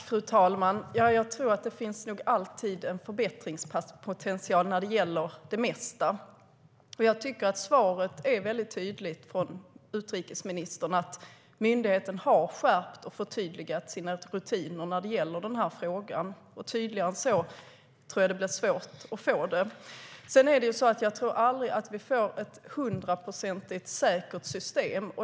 Fru talman! Det finns nog alltid förbättringspotential när det gäller det mesta. Jag tycker att svaret från utrikesministern är tydligt: Myndigheten har skärpt och förtydligat sina rutiner när det gäller den här frågan. Tydligare än så tror jag att det blir svårt att få det. Jag tror aldrig att vi får ett hundraprocentigt säkert system.